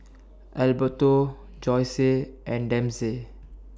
Alberto Joyce and Dempsey